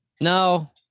No